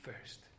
first